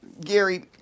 Gary